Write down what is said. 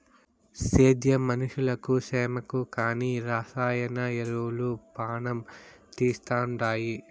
సేద్యం మనుషులకు సేమకు కానీ రసాయన ఎరువులు పానం తీస్తండాయి